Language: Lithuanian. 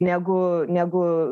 negu negu